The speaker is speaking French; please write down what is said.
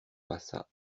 passa